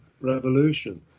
revolution